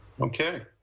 Okay